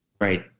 Right